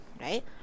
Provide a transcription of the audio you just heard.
right